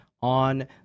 on